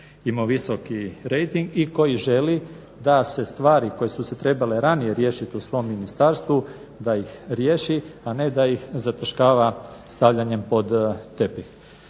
imao visoki rejting i koji želi da se stvari koje su se trebale riješiti u svom ministarstvu da ih riješi, a ne da ih zataškava stavljanjem pod tepih.